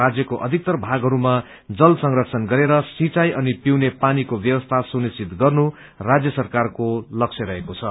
राज्यको अधिक्तर भागहरूमा जल संरक्षण गरेर सिंचाई अनि पिउने पानीको व्यवस्था सुनिश्चित गर्न राज्य सरकारको लक्ष्य रहेको छ